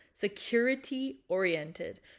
Security-oriented